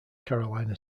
carolina